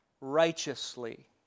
righteously